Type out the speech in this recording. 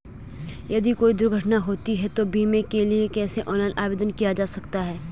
यदि कोई दुर्घटना होती है तो बीमे के लिए कैसे ऑनलाइन आवेदन किया जा सकता है?